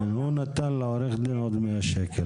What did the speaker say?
תומר נתן לעורך דין עוד 100 שקלים...